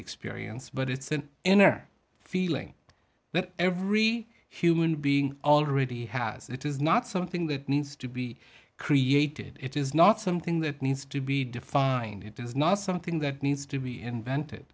experience but it's an inner feeling that every human being already has it is not something that needs to be created it is not something that needs to be defined it is not something that needs to be invented